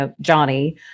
Johnny